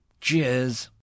cheers